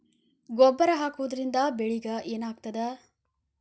ಗೊಬ್ಬರ ಹಾಕುವುದರಿಂದ ಬೆಳಿಗ ಏನಾಗ್ತದ?